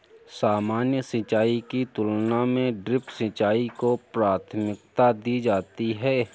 सामान्य सिंचाई की तुलना में ड्रिप सिंचाई को प्राथमिकता दी जाती है